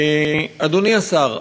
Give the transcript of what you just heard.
אדוני השר,